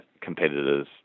competitors